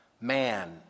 man